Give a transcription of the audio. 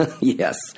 Yes